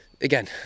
again